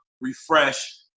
refresh